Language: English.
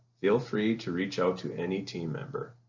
feel free to reach out to any team member.